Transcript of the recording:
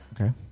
Okay